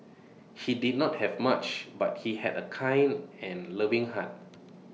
he did not have much but he had A kind and loving heart